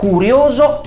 curioso